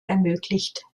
ermöglicht